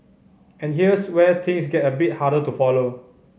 and here's where things get a bit harder to follow